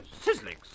Sizzling